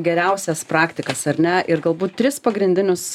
geriausias praktikas ar ne ir galbūt tris pagrindinius